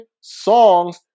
Songs